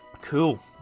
Cool